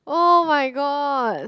oh-my-god